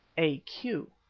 a q.